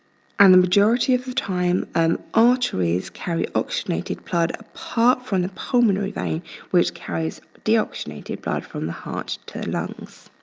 and the majority of the time, um arteries carry oxygenated blood apart from the pulmonary vein which carries deoxygenated blood from the heart to the lungs.